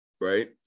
right